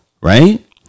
right